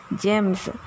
gems